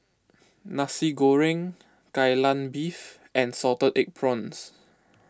Nasi Goreng Kai Lan Beef and Salted Egg Prawns